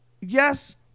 Yes